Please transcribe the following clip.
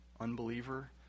unbeliever